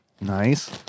Nice